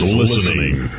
listening